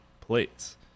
plates